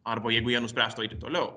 arba jeigu jie nuspręstų eiti toliau